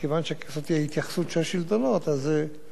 אז מטבע הדברים גם נפתחת חקירה.